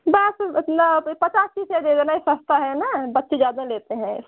दस उतना पचास पीस दे देना सस्ता है ना बच्चे ज़्यादा लेते हैं